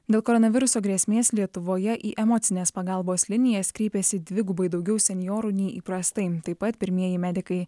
dėl koronaviruso grėsmės lietuvoje į emocinės pagalbos linijas kreipėsi dvigubai daugiau senjorų nei įprastai taip pat pirmieji medikai